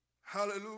Hallelujah